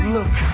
Look